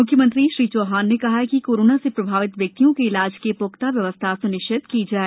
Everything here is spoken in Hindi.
म्ख्यमंत्री श्री चौहान ने कहा कि कोरोना से प्रभावित व्यक्तियों के इलाज की प्ख्ता व्यवस्था स्निश्चित की जाए